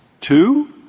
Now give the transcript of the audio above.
Two